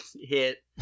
hit